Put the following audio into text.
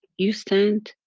you stand